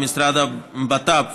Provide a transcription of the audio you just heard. עם המשרד לביטחון פנים,